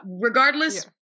Regardless